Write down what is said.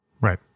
Right